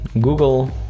Google